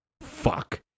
fuck